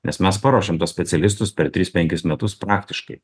nes mes paruošiam tuos specialistus per tris penkis metus praktiškai